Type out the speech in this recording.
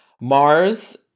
Mars